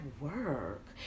work